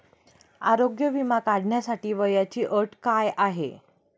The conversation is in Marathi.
आरोग्य विमा काढण्यासाठी वयाची अट काय आहे?